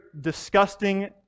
disgusting